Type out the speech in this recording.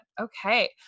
Okay